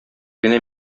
генә